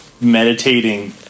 meditating